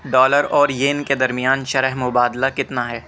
dollar اور yen کے درمیان شرح مبادلہ کتنا ہے